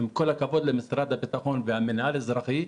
עם כל הכבוד למשרד הביטחון ולמינהל האזרחי,